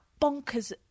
bonkers